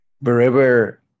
Wherever